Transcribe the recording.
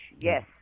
yes